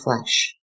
flesh